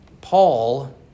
Paul